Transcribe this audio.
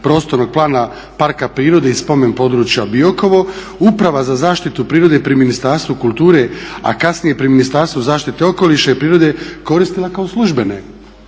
prostornog plana Parka prirode i spomen područja Biokovo Uprava za zaštitu prirode pri Ministarstvu kulture, a kasnije pri Ministarstvu zaštite okoliša i prirode koristila kao službene.